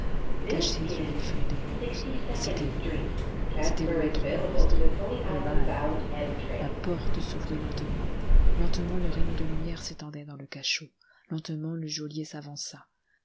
caché sous une feuille de rose c'était lui c'était l'autre monstre le mâle la porte s'ouvrit lentement lentement le rayon de lumière s'étendait dans le cachot lentement le geôlier s'avança